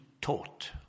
taught